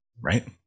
right